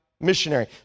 missionary